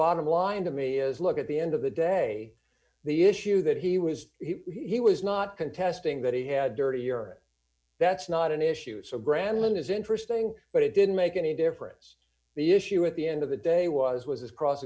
bottom line to me is look at the end of the day the issue that he was he was not contesting that he had dirtier that's not an issue so graham is interesting but it didn't make any difference the issue at the end of the day was was his cross